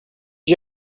you